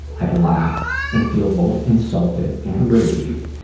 i laugh and feel both insulted and relieved,